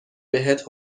بهت